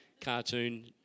cartoon